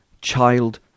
child